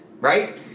right